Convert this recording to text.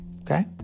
Okay